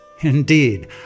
Indeed